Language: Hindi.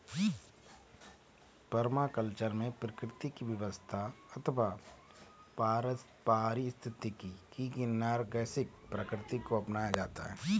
परमाकल्चर में प्रकृति की व्यवस्था अथवा पारिस्थितिकी की नैसर्गिक प्रकृति को अपनाया जाता है